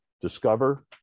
discover